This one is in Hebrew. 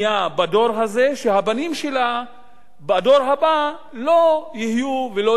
שהבנים שלה בדור הבא לא יהיו ולא יישארו עניים.